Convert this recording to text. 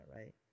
right